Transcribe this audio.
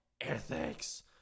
ethics